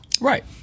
right